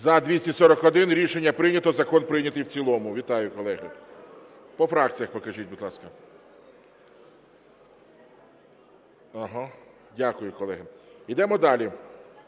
За-241 Рішення прийнято. Закон прийнятий в цілому. Вітаю, колеги! По фракціях покажіть, будь ласка. Дякую, колеги. Йдемо далі.